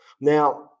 Now